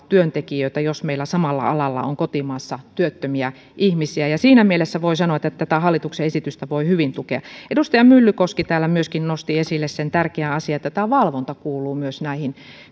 työntekijöitä jos meillä samalla alalla on kotimaassa työttömiä ihmisiä siinä mielessä voi sanoa että tätä hallituksen esitystä voi hyvin tukea edustaja myllykoski täällä myöskin nosti esille sen tärkeän asian että tämä valvonta kuuluu myös näihin